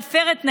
אלי אבידר, אינו